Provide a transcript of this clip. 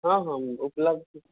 हँ हँ उपलब्ध छै